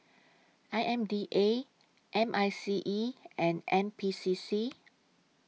I M D A M I C E and N P C C